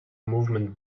movement